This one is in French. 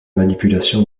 manipulation